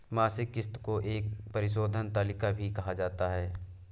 मासिक किस्त को एक परिशोधन तालिका भी कहा जाता है